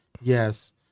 Yes